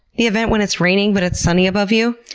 the event when it's raining but it's sunny above you?